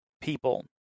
people